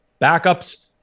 backups